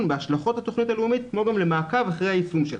בהשלכות התוכנית הלאומית כמו גם למעקב אחרי היישום שלה.